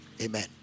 amen